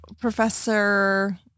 Professor